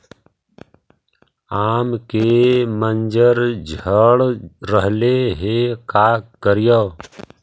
आम के मंजर झड़ रहले हे का करियै?